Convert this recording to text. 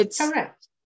Correct